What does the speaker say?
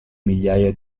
migliaia